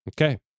Okay